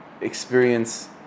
experience